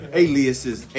Aliases